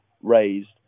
raised